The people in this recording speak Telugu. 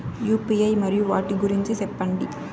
యు.పి.ఐ మరియు వాటి గురించి సెప్పండి?